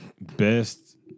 best